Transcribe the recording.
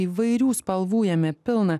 įvairių spalvų jame pilna